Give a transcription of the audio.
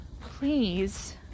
please